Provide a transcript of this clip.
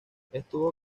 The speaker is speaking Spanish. estuvo